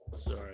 Sorry